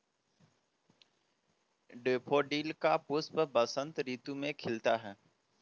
daffodil का पुष्प बसंत ऋतु में खिलता है